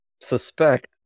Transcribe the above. suspect